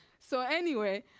so anyway,